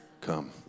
Come